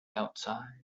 outside